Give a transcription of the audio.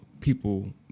people